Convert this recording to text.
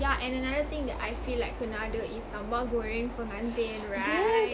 yeah and another thing that I feel like kena ada is sambal goreng pengantin right